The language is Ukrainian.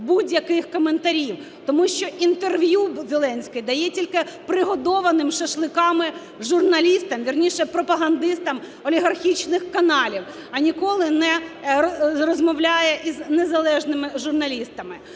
будь-яких коментарів, тому що інтерв'ю Зеленський дає тільки пригодованим шашликами журналістам, вірніше, пропагандистам олігархічних каналів, а ніколи не розмовляє із незалежними журналістами.